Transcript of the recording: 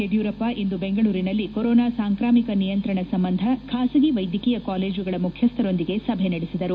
ಯಡಿಯೂರಪ್ಪ ಇಂದು ಬೆಂಗಳೂರಿನಲ್ಲಿ ಕೊರೊನಾ ಸಾಂಕ್ರಾಮಿಕ ನಿಯಂತ್ರಣ ಸಂಬಂಧ ಬಾಸಗಿ ವೈದ್ಯಕೀಯ ಕಾಲೇಜುಗಳ ಮುಖ್ಯಸ್ವರೊಂದಿಗೆ ಸಭೆ ನಡೆಸಿದರು